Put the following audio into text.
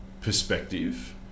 perspective